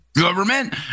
government